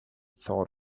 thought